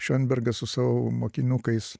švembergas su savo mokinukais